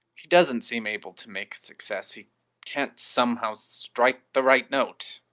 he doesn't seem able to make a success, he can't somehow strike the right note.